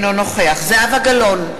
אינו נוכח זהבה גלאון,